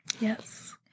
yes